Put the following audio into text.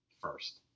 first